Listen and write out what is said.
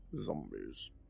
Zombies